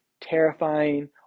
terrifying